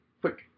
quick